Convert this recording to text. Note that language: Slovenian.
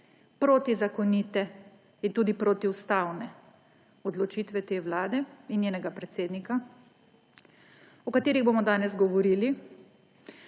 protizakonite in tudi protiustavne odločitve te vlade in njenega predsednika, o katerih bomo danes govorili.